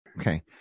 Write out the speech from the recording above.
Okay